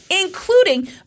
Including